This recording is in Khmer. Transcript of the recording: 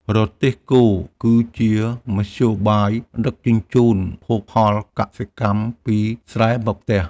រទេះគោគឺជាមធ្យោបាយដឹកជញ្ជូនភោគផលកសិកម្មពីស្រែមកផ្ទះ។